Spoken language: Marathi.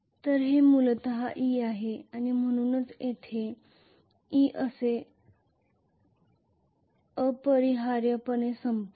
तर हे मूलत e आहे आणि म्हणूनच येथे e असे अपरिहार्यपणे संपेल